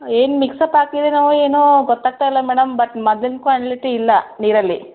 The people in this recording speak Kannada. ಏನು ಮಿಕ್ಸಪ್ ಆಗ್ತಿದೇನೋ ಏನೋ ಗೊತ್ತಾಗ್ತಾ ಇಲ್ಲ ಮೇಡಮ್ ಬಟ್ ಮೊದ್ಲಿನ ಕ್ವಾಲಿಟಿ ಇಲ್ಲ ನೀರಲ್ಲಿ